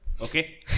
Okay